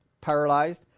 paralyzed